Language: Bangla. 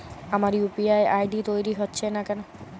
আমার ইউ.পি.আই আই.ডি তৈরি হচ্ছে না কেনো?